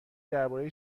درباره